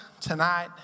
tonight